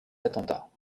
attentats